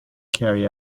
carry